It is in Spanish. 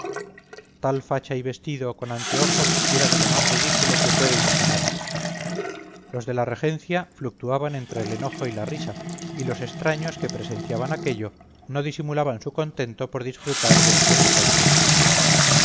tal facha y vestido con anteojos era de lo más ridículo que puede imaginarse los de la regencia fluctuaban entre el enojo y la risa y los extraños que presenciaban aquello no disimulaban su contento por disfrutar de escena tan chusca